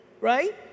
right